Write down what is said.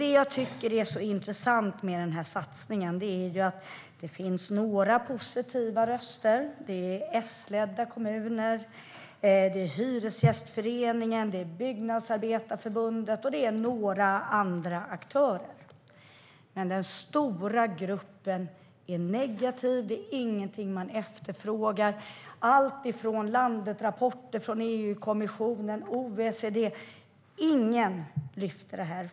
Det jag tycker är så intressant med satsningen är att det finns några positiva röster - S-ledda kommuner, Hyresgästföreningen, Byggnadsarbetareförbundet och några andra aktörer - men att den stora gruppen är negativ och inte efterfrågar detta. Det är allt från landrapporter från EU-kommissionen och OECD - ingen lyfter fram det.